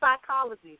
psychology